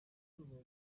rubavu